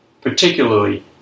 particularly